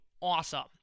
awesome